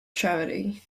charity